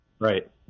Right